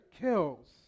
kills